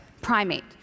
primate